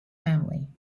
family